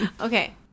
okay